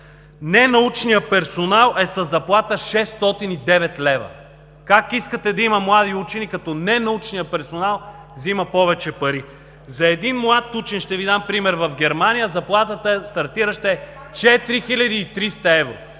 ненаучният персонал е със заплата 609 лв. Как искате да има млади учени, като ненаучният персонал взима повече пари? За един млад учен – ще Ви дам пример в Германия, стартиращата заплата е 4300 евро.